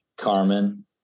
Carmen